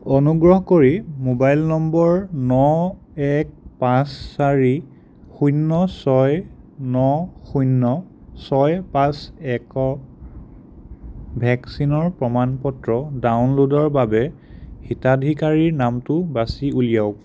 অনুগ্ৰহ কৰি mobile number ন এক পাঁচ চাৰি শূন্য ছয় ন শূন্য ছয় পাঁচ একৰ ভেকচিনৰ প্ৰমাণ পত্ৰ ডাউনলোডৰ বাবে হিতাধিকাৰীৰ নামটো বাছি উলিয়াওক